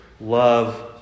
love